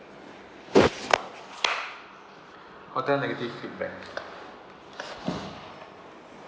hotel negative feedback